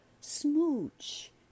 smooch